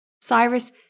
Cyrus